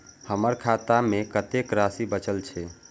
हमर खाता में कतेक राशि बचल छे?